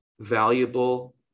valuable